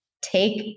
take